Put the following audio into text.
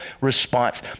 response